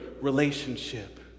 relationship